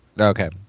Okay